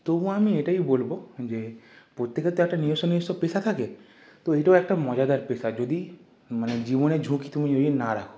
তবু আমি এটাই বলব যে প্রত্যেকের তো একটা নিজস্ব নিজেস্ব পেশা থাকে তো এটাও একটা মজাদার পেশা যদি মানে জীবনের ঝুঁকি তুমি যদি না রাখো